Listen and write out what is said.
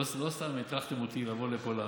לא סתם הטרחתם אותי לבוא לפה לענות.